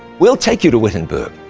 we'll take you to wittenberg,